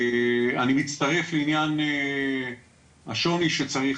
אני מצטרף לעניין השוני שצריך,